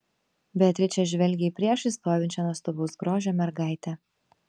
beatričė žvelgė į priešais stovinčią nuostabaus grožio mergaitę